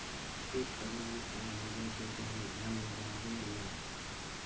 उपयुक्त तापमान का होबे के चाही धान लगावे ला?